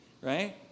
Right